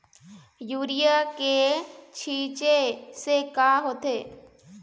Urea के छींचे से का होथे?